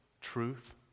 truth